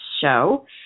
show